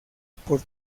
por